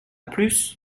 plus